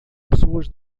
pessoas